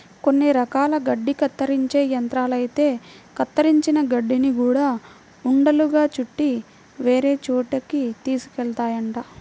కొన్ని రకాల గడ్డి కత్తిరించే యంత్రాలైతే కత్తిరించిన గడ్డిని గూడా ఉండలుగా చుట్టి వేరే చోటకి తీసుకెళ్తాయంట